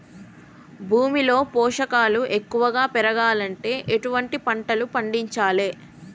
భూమిలో పోషకాలు ఎక్కువగా పెరగాలంటే ఎటువంటి పంటలు పండించాలే?